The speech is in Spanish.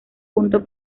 punto